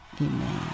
Amen